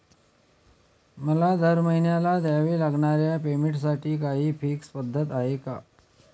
मला दरमहिन्याला द्यावे लागणाऱ्या पेमेंटसाठी काही फिक्स पद्धत आहे का?